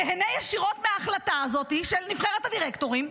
נהנה ישירות מההחלטה הזאת של נבחרת הדירקטורים.